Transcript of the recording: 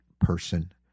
person